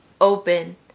open